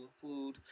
Food